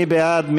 מי בעד?